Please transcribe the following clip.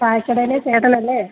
ചായക്കടയിലെ ചേട്ടനല്ലേ